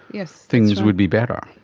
yeah things would be better.